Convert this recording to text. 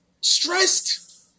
stressed